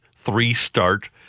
three-start